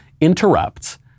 interrupts